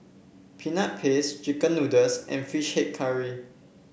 Peanut Paste chicken noodles and fish head curry